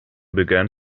began